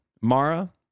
Mara